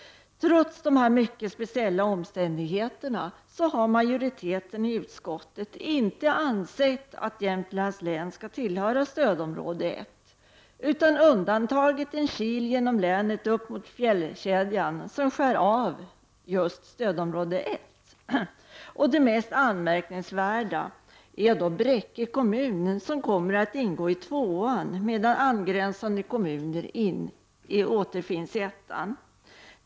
Trots dessa mycket speciella omständigheter har majoriteten i utskottet inte ansett att Jämtlands län skall tillhöra stödområde 1 utan undantagit en kil genom länet upp mot fjällkedjan, som skär av just stödområde 1. Det mest anmärkningsvärda är Bräcke kommun, som kommer att ingå i stödområde 2, medan angränsande kommuner återfinns i stödområde 1.